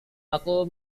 aku